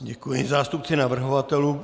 Děkuji zástupci navrhovatelů.